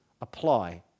apply